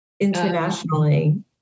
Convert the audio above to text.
Internationally